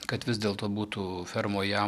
kad vis dėlto būtų fermoje